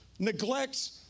neglects